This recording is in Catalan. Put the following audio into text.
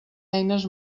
eines